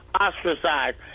ostracized